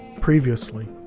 previously